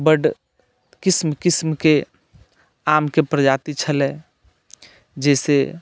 बड्ड किस्म किस्मके आमके प्रजाति छलै जाहिसँ